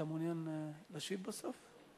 אתה מעוניין להשיב בסוף?